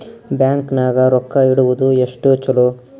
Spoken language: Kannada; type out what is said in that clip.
ಬ್ಯಾಂಕ್ ನಾಗ ರೊಕ್ಕ ಇಡುವುದು ಎಷ್ಟು ಚಲೋ?